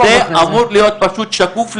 זה אמור להיות פשוט שקוף לכולם,